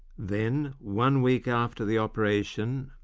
then, one week after the operation,